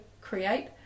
create